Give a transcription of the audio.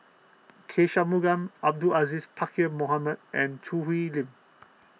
K Shanmugam Abdul Aziz Pakkeer Mohamed and Choo Hwee Lim